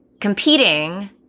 competing